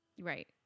right